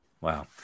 wow